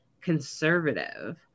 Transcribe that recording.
Conservative